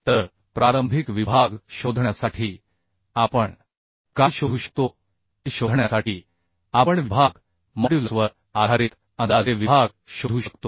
तर प्रारंभिक विभाग शोधण्यासाठी आपण काय शोधू शकतो ते शोधण्यासाठी आपण विभाग मॉड्युलसवर आधारित अंदाजे विभाग शोधू शकतो